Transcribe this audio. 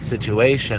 situation